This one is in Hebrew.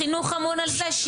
החינוך אמון על זה?